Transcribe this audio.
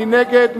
מי נגד?